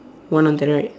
one on the right